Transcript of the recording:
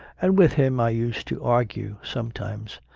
and with him i used to argue sometimes.